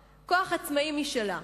כוח, כוח עצמאי משלה.